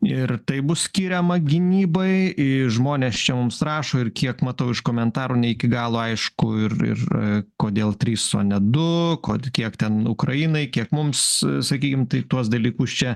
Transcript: ir tai bus skiriama gynybai į žmones čia mums rašo ir kiek matau iš komentarų ne iki galo aišku ir ir kodėl trys o ne du kad kiek ten ukrainai kiek mums sakykim tai tuos dalykus čia